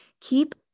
Keep